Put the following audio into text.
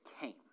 came